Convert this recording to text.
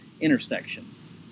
Intersections